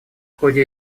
ходе